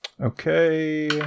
Okay